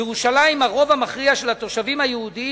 בירושלים הרוב המכריע של התושבים היהודים,